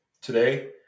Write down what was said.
today